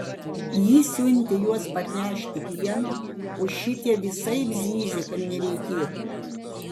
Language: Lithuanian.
ji siuntė juos parnešti pieno o šitie visaip zyzė kad nereikėtų